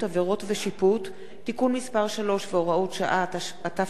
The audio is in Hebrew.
(תיקון מס' 3 והוראות שעה), התשע"ב 2011,